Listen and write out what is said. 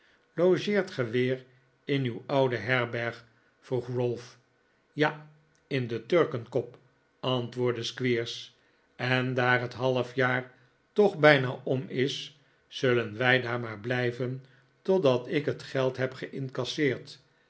logeert ge weer in uw oude herberg vroeg ralph ja in de turkenkop antwoordde squeers en daar het halfjaar toch bijna om is zullen wij daar maar blijven totdat ik het geld heb ge'incasseerd